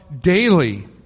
daily